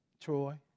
Troy